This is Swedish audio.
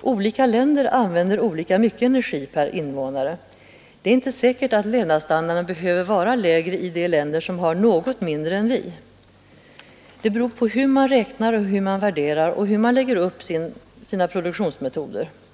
Olika länder använder olika mycket energi per invånare. Det är inte säkert att levnadsstandarden behöver vara lägre i de länder som använder något mindre än vi. Det beror på hur man räknar, hur man värderar och hur man lägger upp sina produktionsmetoder.